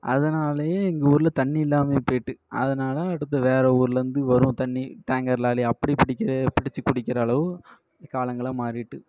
அதனாலே எங்கள் ஊரில் தண்ணி இல்லாமயே போயிட்டு அதனால் அடுத்த வேறே ஊரிலேருந்து வரும் தண்ணி டேங்கர் லாரி அப்படி பிடிக்க பிடித்து கொடுக்கிற அளவு காலங்கள்லாம் மாறிட்டு